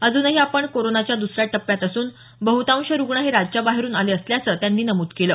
अजूनही आपण कोरोनाच्या दुसऱ्या टप्प्यात असून बहुतांश रुग्ण हे राज्याबाहेरून आले असल्याचं त्यांनी नमूद केलं